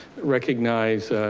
recognize,